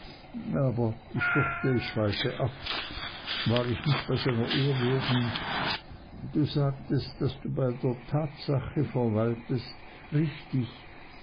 aber ich fürchte ich schweife ab war ich nicht bei seiner ehrwürden du sagtest daß du bei der tatsache verweiltest richtig